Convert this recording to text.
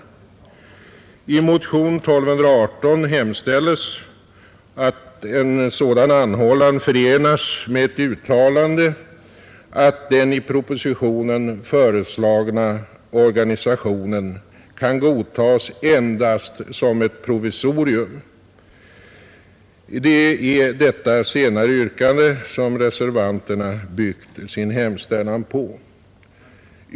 I motionen 1218 hemställes att en sådan anhållan förenas med ett uttalande att den i propositionen föreslagna organisationen skall godtas endast som ett provisorium. Det är detta senare yrkande som reservanterna byggt sin hemställan på.